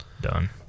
done